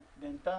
בבקשה.